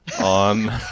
on